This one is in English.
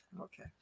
Okay